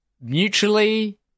mutually